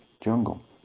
jungle